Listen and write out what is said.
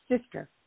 sister